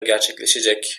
gerçekleşecek